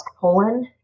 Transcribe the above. Poland